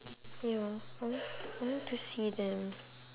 ya I want I want to see them